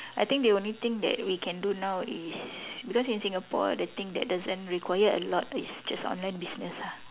I think the only thing that we can do now is because in Singapore the thing that doesn't require a lot is just online business ah